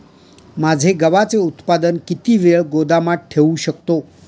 माझे गव्हाचे उत्पादन किती वेळ गोदामात ठेवू शकतो?